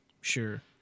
Sure